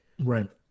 Right